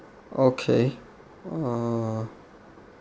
okay uh